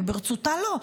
וברצותה לא.